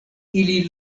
ili